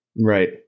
Right